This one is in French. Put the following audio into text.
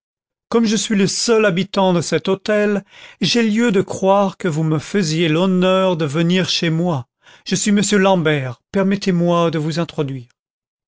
comme je suis le seul habitant de cet hôtel j'ai lieu de croire que vous me faisiez l'honneur de venir chez moi je suis m l'ambert permettezmoi de vous introduire